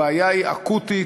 הבעיה היא אקוטית,